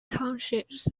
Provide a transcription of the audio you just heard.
townships